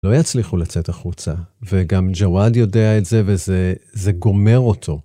לא יצליחו לצאת החוצה, וגם ג'וואד יודע את זה, וזה גומר אותו.